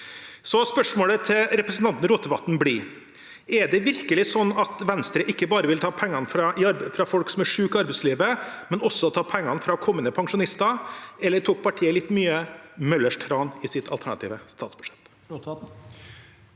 Så spørsmålet til representanten Rotevatn blir: Er det virkelig sånn at Venstre ikke bare vil ta pengene fra syke folk i arbeidslivet, men også ta pengene fra kommende pensjonister, eller tok partiet litt mye Möller’s Tran i sitt alternative statsbudsjett? Sveinung